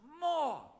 more